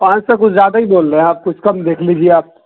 پانچ سو کچھ زیادہ ہی بول رہے ہیں آپ کچھ کم دیکھ لیجیے آپ